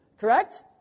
Correct